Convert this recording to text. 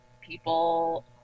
people